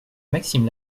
maxime